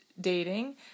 Dating